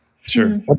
Sure